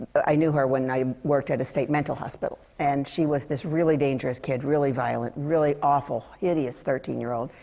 i knew her when i worked at a state mental hospital. and she was this really dangerous kid. really violent, really awful, hideous thirteen year old.